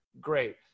Great